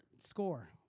score